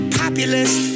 populist